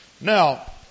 Now